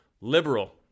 liberal